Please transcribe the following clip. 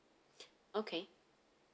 okay